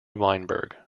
weinberg